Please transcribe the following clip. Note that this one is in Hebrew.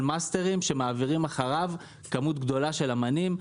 מאסטרים שמעבירים אחריהם כמות גדולה של אמנים.